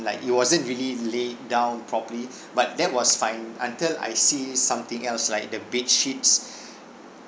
like it wasn't really laid down properly but that was fine until I see something else like the bedsheets